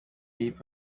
hip